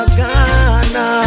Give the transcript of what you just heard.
Ghana